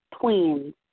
twins